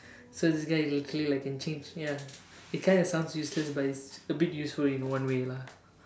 so this guy basically can change ya it kind of sounds useless but it's a bit useful in one way lah